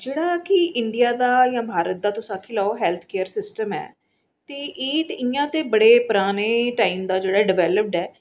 जेह्ड़ा कि इंड़िया दा भारत दा तुस आक्खी लैओ हैल्थ केयर सिसटम ऐ ते एह् ते इ'यां ते बड़े पुराने टाईम दा जेह्ड़ा ड़वैलप ऐ